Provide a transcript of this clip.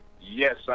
Yes